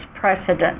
precedent